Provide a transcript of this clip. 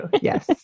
Yes